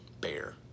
bear